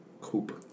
Cooper